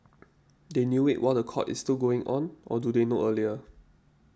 they knew it while the court is still going on or do they know earlier